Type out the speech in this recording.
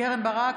קרן ברק,